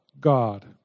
God